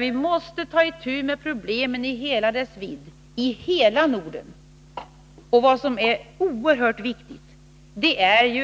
Vi måste ta itu med problemen i hela deras vidd i hela Norden. Och det är oerhört viktigt